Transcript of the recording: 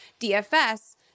dfs